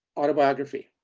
autobiography.